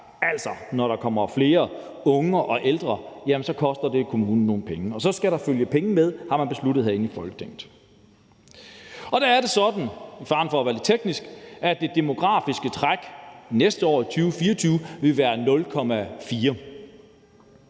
altså at når der kommer flere unge og ældre, koster det kommunen nogle penge, og så skal der følge penge med, har man besluttet herinde i Folketinget. Og der er det, sådan med fare for at være lidt teknisk, at det demografiske træk næste år i 2024 vil være 0,4,